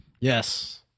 Yes